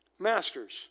Masters